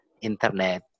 internet